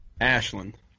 Ashland